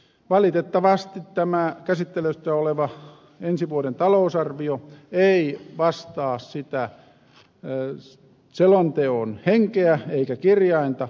valitettavasti tämä käsittelyssä oleva ensi vuoden talousarvio ei vastaa selonteon henkeä eikä kirjainta